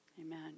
amen